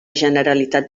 generalitat